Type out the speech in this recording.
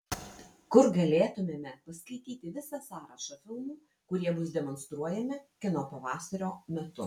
kur galėtumėme paskaityti visą sąrašą filmų kurie bus demonstruojami kino pavasario metu